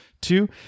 Two